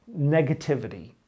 negativity